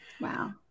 Wow